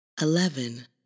Eleven